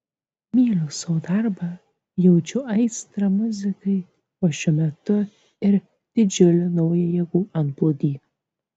myliu savo darbą jaučiu aistrą muzikai o šiuo metu ir didžiulį naują jėgų antplūdį